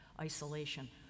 isolation